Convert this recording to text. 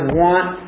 want